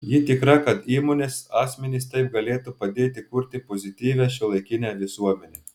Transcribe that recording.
ji tikra kad įmonės asmenys taip galėtų padėti kurti pozityvią šiuolaikinę visuomenę